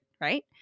Right